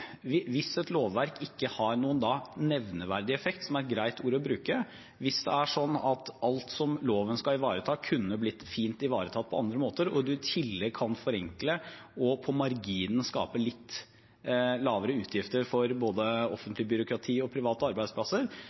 alt som loven skal ivareta, fint kunne blitt ivaretatt på andre måter, og man i tillegg kan forenkle og på marginen skape litt lavere utgifter for både offentlig byråkrati og private arbeidsplasser,